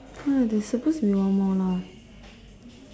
ha there is supposed to be one more lah